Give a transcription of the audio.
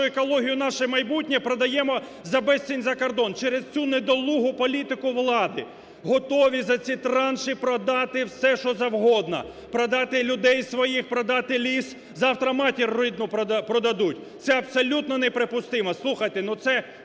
екологію, наше майбутнє, продаємо за безцінь за кордон! Через цю недолугу політику влади готові за ці транші продати все, що завгодно, продати людей своїх, продати ліс, завтра матір рідну продадуть. Це абсолютно неприпустимо! Слухайте, це